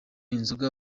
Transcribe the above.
inzoga